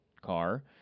car